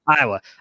Iowa